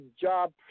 job